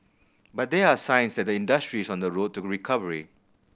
but there are signs that the industry is on the road to recovery